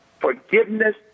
forgiveness